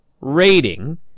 rating